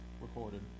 recorded